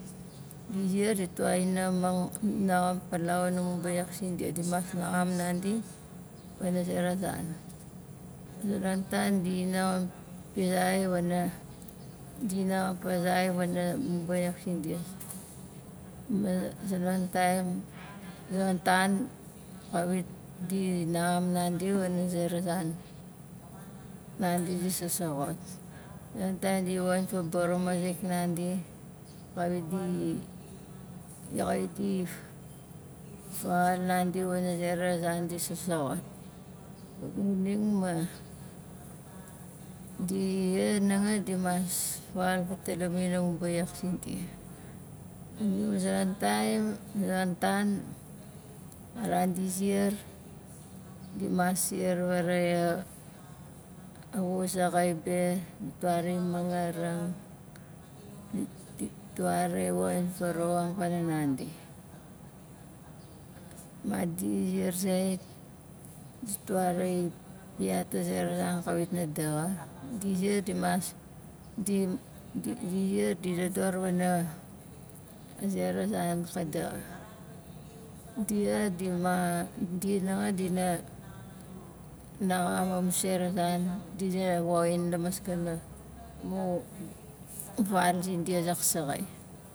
Di ziar ditwa di naxamang naxam palau wana mu baiyak sindia di mas naxam nandi pana zera zan a zonon tan dit naxam pizai wana di naxam pazai wana mu baiyak sindia ma a zonon taim a zonon tan kawit di naxam nandi wana zera zan nandi di sasoxot a zonon tan di woxin fa baramazik nandi kawit di- xawit di fa- fawaal nandi wana zera zan di sasoxot xuning ma dia nanga di mas wan fatali amu baiyak sindia xuning ma zonon taim zonon tan a ran di ziar dimas siar vaaraxaiang a xu zaxai be ma twarai mangarang na- ditwarai woxin farauwakang pana nandi madi ziar zait ditwarai piat a zera zan kawit na daxa di ziar dimas dim- di- di ziar di dodor wana a zera zan ka daxa dia dima di hanga dina haxam amu sera zan di ha woxin la maskana mu val zindia zaksaxai